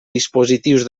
dispositius